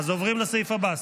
אז עוברים לסעיף הבא,